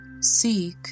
seek